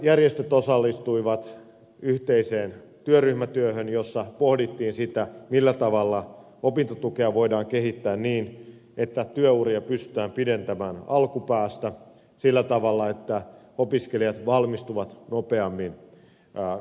opiskelijajärjestöt osallistuivat yhteiseen työryhmätyöhön jossa pohdittiin sitä millä tavalla opintotukea voidaan kehittää niin että työuria pystytään pidentämään alkupäästä sillä tavalla että opiskelijat valmistuvat nopeammin korkeakouluista